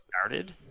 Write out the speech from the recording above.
started